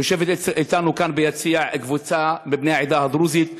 יושבת אתנו כאן ביציע קבוצה מבני העדה הדרוזית.